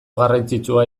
garrantzitsua